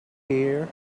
hear